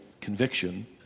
conviction